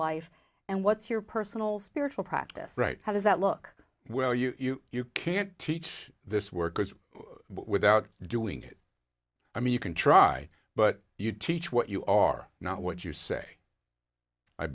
life and what's your personal spiritual practice right how does that look where you are you can't teach this work is without doing it i mean you can try but you teach what you are not what you say i